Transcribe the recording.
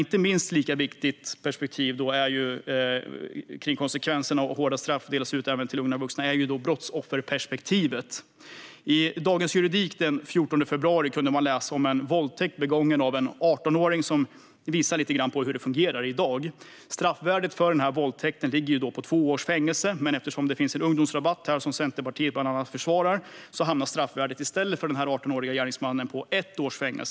Ett minst lika viktigt motiv till att konsekventa och hårda straff ska delas ut även till unga vuxna är brottsofferperspektivet. I Dagens Juridik kunde man den 14 februari läsa om en våldtäkt som en 18-åring begått. Fallet visar lite grann hur det fungerar i dag. Straffvärdet för våldtäkt ligger på två års fängelse. Men eftersom det finns en ungdomsrabatt, som bland annat Centerpartiet försvarar, hamnade straffvärdet i stället på ett års fängelse för den 18-årige gärningsmannen.